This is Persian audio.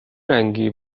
رنگی